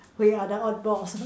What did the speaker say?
we are the odd balls